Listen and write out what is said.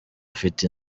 afite